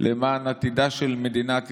למען עתידה של מדינת ישראל,